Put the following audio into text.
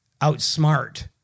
outsmart